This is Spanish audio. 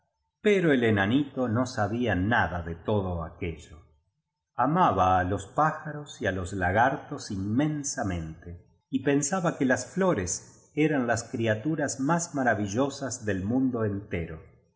pero el enanito no sabía nada de todo aquello amaba á los pájaros y á los lagartos inmensamente y pensaba que las flores eran las criaturas más maravillosas del mundo entero